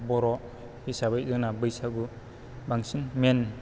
बर' हिसाबै जोंना बैसागु बांसिन मेन